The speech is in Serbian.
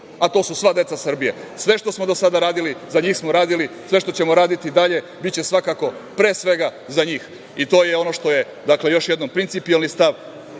a to su sva deca Srbije. Sve što smo do sada radili za njih smo radili. Sve što ćemo raditi dalje biće svakako pre svega za njih i to je ono što je dakle, još jednom principijelni stav